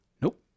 Nope